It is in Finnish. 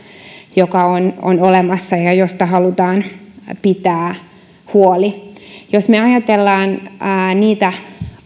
joka on on olemassa ja josta halutaan pitää huoli jos me ajattelemme niitä